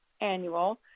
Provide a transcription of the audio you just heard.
annual